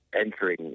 entering